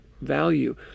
value